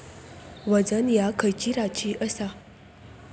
वजन ह्या खैची राशी असा?